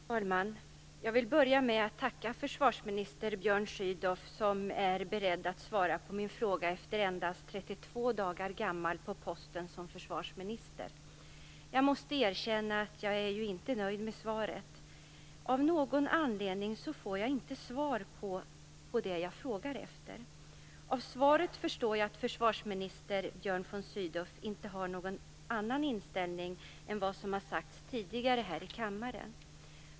Fru talman! Jag vill börja med att tacka försvarsminister Björn von Sydow, som är beredd att svara på min interpellation efter endast 32 dagar på posten som försvarsminister. Jag måste erkänna att jag inte är nöjd med svaret. Av någon anledning får jag inte svar på det jag frågar efter. Av svaret förstår jag att försvarsminister Björn von Sydow inte har någon annan inställning än den som har redovisats tidigare här i kammaren.